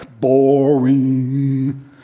Boring